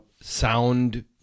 sound